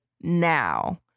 now